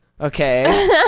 Okay